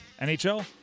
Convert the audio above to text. NHL